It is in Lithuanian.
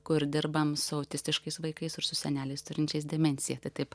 kur dirbam su autistiškais vaikais ir su seneliais turinčiais demenciją tai taip